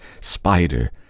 spider